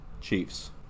Chiefs